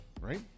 right